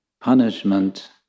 punishment